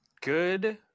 good